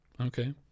Okay